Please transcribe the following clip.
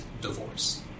divorce